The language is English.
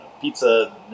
pizza